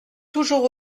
toujours